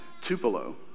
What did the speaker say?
Tupelo